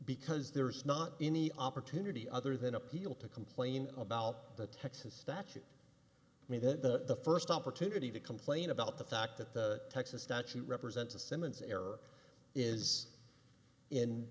because there is not any opportunity other than appeal to complain about the texas statute me that the first opportunity to complain about the fact that the texas statute represents a simmons error is in